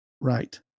Right